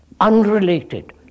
unrelated